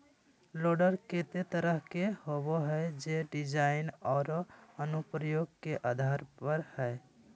loader केते तरह के होबो हइ, जे डिज़ाइन औरो अनुप्रयोग के आधार पर हइ